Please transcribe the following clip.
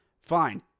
Fine